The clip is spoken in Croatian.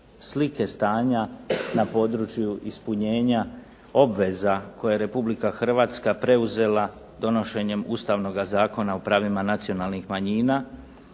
slike stanja na području ispunjenja obveza koje Republika Hrvatska preuzela donošenjem ustavnoga Zakona o pravima nacionalnih manjina,